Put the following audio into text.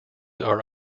are